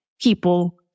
people